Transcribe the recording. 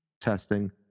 testing